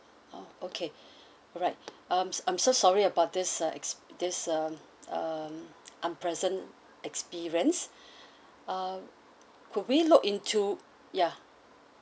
oh okay alright um I'm so sorry about this uh this um um unpleasant experience uh could we look into ya